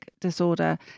disorder